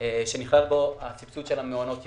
שנכלל בו הסבסוד של מעונות היום.